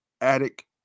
Attic